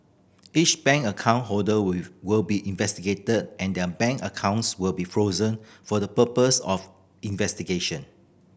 each bank account holder will will be investigated and their bank accounts will be frozen for the purpose of investigation